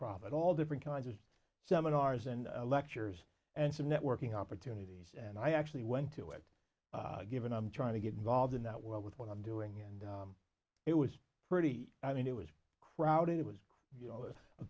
profit all different kinds of seminars and lectures and some networking opportunities and i actually went to it a given i'm trying to get involved in that world with what i'm doing and it was pretty i mean it was crowded it was you know